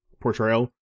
portrayal